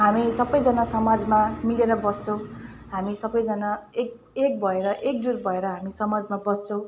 हामी सबैजना समाजमा मिलेर बस्छौँ हामी सबैजना एक एक भएर एकजुट भएर हामी समाजमा बस्छौँ